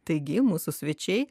taigi mūsų svečiai